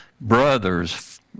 brothers